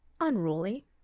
Unruly